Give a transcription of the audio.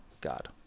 God